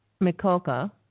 Mikolka